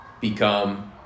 become